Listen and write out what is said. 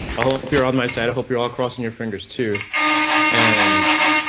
i hope you're on my side. i hope you're all crossing your fingers too and.